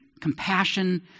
compassion